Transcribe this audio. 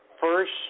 first